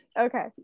Okay